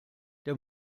der